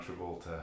Travolta